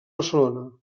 barcelona